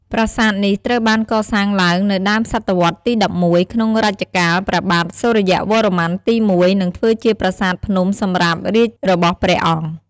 ប្រាសាទនេះត្រូវបានកសាងឡើងនៅដើមសតវត្សរ៍ទី១១ ក្នុងរជ្ជកាលព្រះបាទសូរ្យវរ្ម័នទី១ ធ្វើជាប្រាសាទភ្នំសម្រាប់រាជរបស់ព្រះអង្គ។